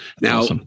Now